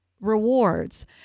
rewards